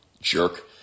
jerk